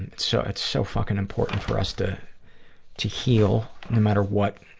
and so it's so fuckin' important for us to to heal, no matter what,